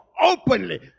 openly